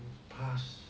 pass